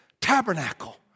tabernacle